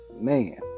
Man